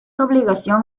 obligación